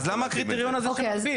אז למה הקריטריון הזה שמגביל?